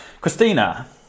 christina